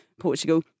Portugal